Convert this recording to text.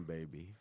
Baby